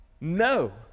No